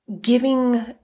giving